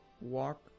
walk